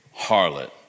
harlot